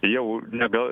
jau negal